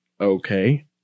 okay